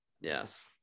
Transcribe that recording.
Yes